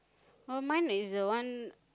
uh mine is the one